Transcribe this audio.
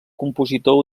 compositor